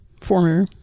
former